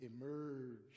emerge